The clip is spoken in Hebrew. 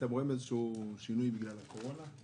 אתם רואים איזשהו שינוי בגלל הקורונה?